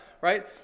right